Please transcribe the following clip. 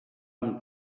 amb